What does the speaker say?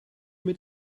mit